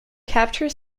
capture